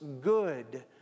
good